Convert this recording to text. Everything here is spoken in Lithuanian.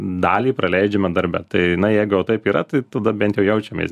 dalį praleidžiame darbe tai na jeigu jau taip yra tai tada bent jau jaučiamės